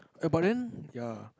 eh but then ya